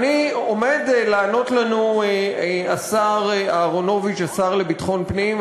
עומד לענות לנו השר אהרונוביץ, השר לביטחון פנים.